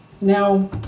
Now